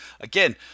Again